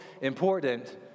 important